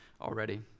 already